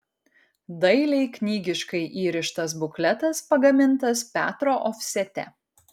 dailiai knygiškai įrištas bukletas pagamintas petro ofsete